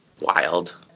wild